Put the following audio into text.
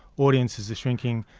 audiences are shrinking,